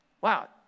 Wow